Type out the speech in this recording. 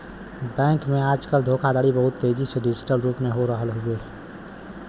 bank में आजकल धोखाधड़ी बहुत तेजी से डिजिटल रूप में हो रहल हउवे